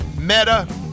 Meta